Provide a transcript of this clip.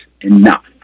enough